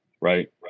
right